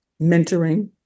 mentoring